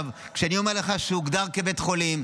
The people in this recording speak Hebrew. כשאני אומר לך שהוא הוגדר כבית חולים,